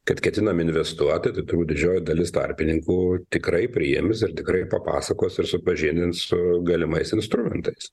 kad ketinam investuoti tai turbūt didžioji dalis tarpininkų tikrai priims ir tikrai papasakos ir supažindins su galimais instrumentais